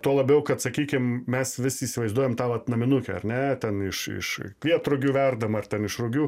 tuo labiau kad sakykim mes vis įsivaizduojam tą vat naminukę ar ne ten iš iš kvietrugių verdamą ar ten iš rugių